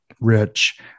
rich